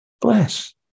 Bless